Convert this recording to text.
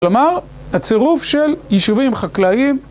כלומר, הצירוף של יישובים חקלאיים